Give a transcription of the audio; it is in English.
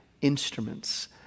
instruments